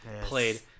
played